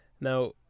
now